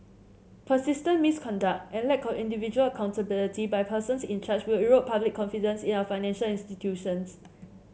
persistent misconduct and a lack of individual accountability by persons in charge will erode public confidence in our financial institutions